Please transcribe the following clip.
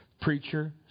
preacher